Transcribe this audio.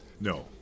No